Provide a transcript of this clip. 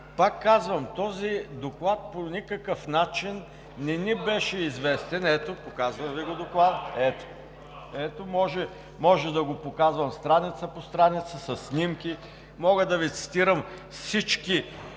пак казвам, този доклад по никакъв начин не ни беше известен. Ето, показвам Ви доклада. (Показва документа.) Ето! Може да го показвам страница по страница, със снимки. Мога да Ви цитирам всички